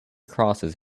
crosses